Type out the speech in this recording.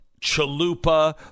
Chalupa